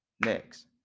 Next